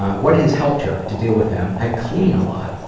what has helped her to deal with them? i clean a lot.